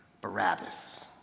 Barabbas